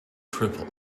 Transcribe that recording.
triple